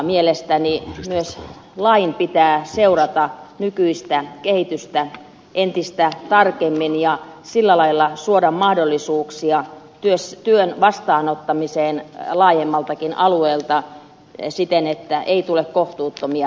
mielestäni myös lain pitää seurata nykyistä kehitystä entistä tarkemmin ja sillä lailla suoda mahdollisuuksia työn vastaanottamiseen laajemmaltakin alueelta siten että ei tule kohtuuttomia matkakustannuksia